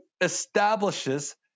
establishes